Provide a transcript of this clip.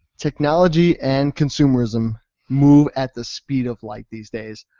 technology and consumerism move at the speed of light these days.